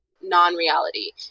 non-reality